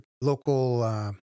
local